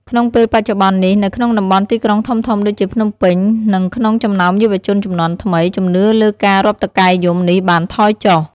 ក្នុងពេលបច្ចុប្បន្ននេះ នៅក្នុងតំបន់ទីក្រុងធំៗដូចជាភ្នំពេញ និងក្នុងចំណោមយុវជនជំនាន់ថ្មី ជំនឿលើការរាប់តុកែយំនេះបានថយចុះ។